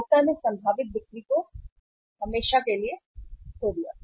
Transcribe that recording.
उपभोक्ता ने संभावित बिक्री को हमेशा के लिए खो दिया